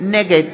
נגד